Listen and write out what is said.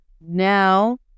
now